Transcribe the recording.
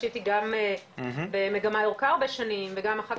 מכיוון שהייתי גם במגמה ירוקה הרבה שנים וגם אחר